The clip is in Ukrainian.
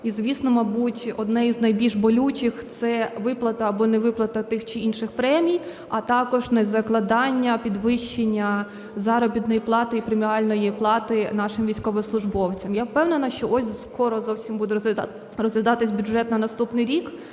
І, звісно, мабуть, одне із найбільш болючих – це виплата або невиплата тих чи інших премій, а також незакладання підвищення заробітної плати і преміальної плати нашим військовослужбовцям. Я впевнена, що ось скоро зовсім буде розглядатися бюджет на наступний рік,